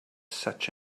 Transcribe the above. such